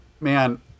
man